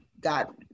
got